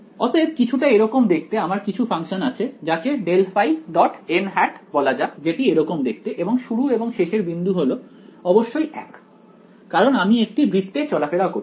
অতএব কিছুটা এরকম দেখতে আমার কিছু ফাংশন আছে যাকে ∇ϕ বলা যাক যেটি এরকম দেখতে এবং শুরু এবং শেষের বিন্দু হল অবশ্যই এক কারণ আমি একটি বৃত্তে চলাফেরা করছি